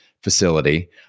Facility